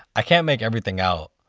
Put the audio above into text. i can't make everything out,